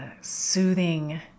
soothing